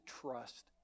trust